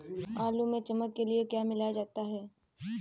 आलू में चमक के लिए क्या मिलाया जाता है?